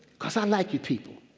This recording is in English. because i like you people.